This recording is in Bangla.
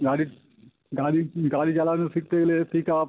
গাড়ি গাড়ি গাড়ি চালানো শিখতে গেলে পিক আপ